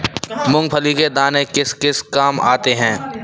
मूंगफली के दाने किस किस काम आते हैं?